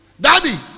Daddy